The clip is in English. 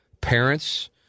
parents